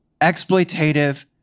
exploitative